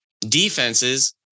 Defenses